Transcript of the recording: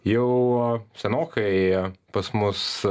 jau senokai pas mus